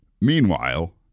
Meanwhile